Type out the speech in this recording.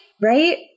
Right